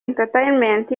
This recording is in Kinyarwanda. entertainment